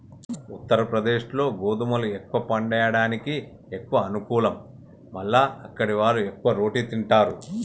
ఉత్తరప్రదేశ్లో గోధుమలు ఎక్కువ పండియడానికి ఎక్కువ అనుకూలం మల్ల అక్కడివాళ్లు ఎక్కువ రోటి తింటారు